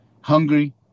hungry